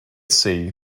sea